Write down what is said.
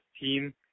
team